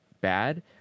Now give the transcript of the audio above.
bad